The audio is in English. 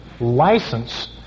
license